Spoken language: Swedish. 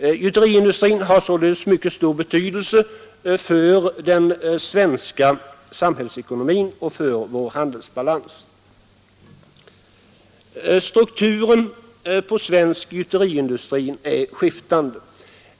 Gjuteriindustrin har således mycket stor betydelse för den svenska samhällsekonomin och för vår handelsbalans. Strukturen på svensk gjuteriindustri är skiftande.